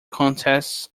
contests